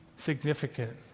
Significant